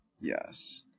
Yes